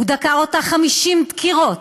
הוא דקר אותה 50 דקירות,